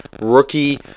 rookie